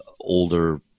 older